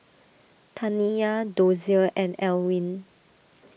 Taniya Dozier and Elwyn